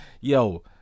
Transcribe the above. Yo